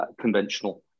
conventional